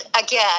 again